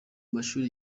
mashuri